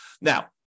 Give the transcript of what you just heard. Now